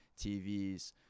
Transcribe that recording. TVs